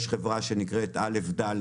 יש חברה שנקראת א.ד.